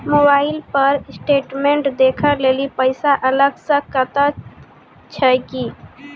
Mobile पर statement देखे लेली पैसा अलग से कतो छै की?